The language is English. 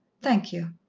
thank you.